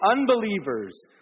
unbelievers